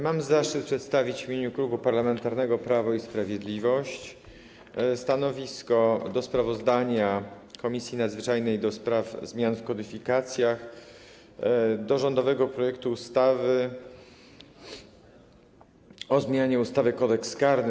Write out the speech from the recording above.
Mam zaszczyt przedstawić w imieniu Klubu Parlamentarnego Prawo i Sprawiedliwość stanowisko wobec sprawozdania Komisji Nadzwyczajnej do spraw zmian w kodyfikacjach o rządowym projekcie ustawy o zmianie ustawy Kodeks karny.